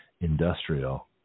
Industrial